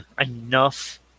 enough